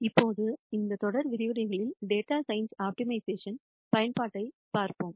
இப்போது இந்த தொடர் விரிவுரைகளில் டேட்டா சயின்ஸ்க்கான ஆப்டிமைசேஷன் பயன்பாட்டைப் பார்ப்போம்